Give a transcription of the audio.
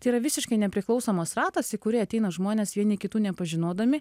tai yra visiškai nepriklausomas ratas į kurį ateina žmonės vieni kitų nepažinodami